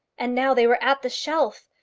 and now they were at the shelf!